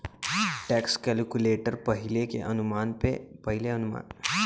tax calculator पहिले के अनुमान के आधार पर काम करला